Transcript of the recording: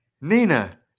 Nina